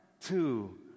two